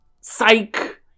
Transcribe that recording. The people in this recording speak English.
Psych